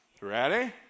Ready